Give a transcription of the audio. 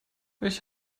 ich